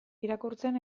irakurtzen